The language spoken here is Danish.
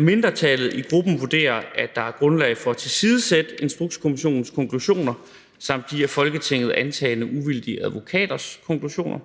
Mindretallet i gruppen vurderer, at der er grundlag for at tilsidesætte Instrukskommissionens konklusioner samt de af Folketinget antagne uvildige advokaters konklusioner.